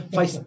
Faz